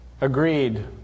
agreed